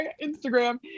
instagram